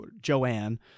Joanne